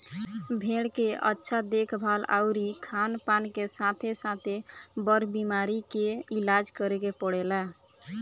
भेड़ के अच्छा देखभाल अउरी खानपान के साथे साथे, बर बीमारी के इलाज करे के पड़ेला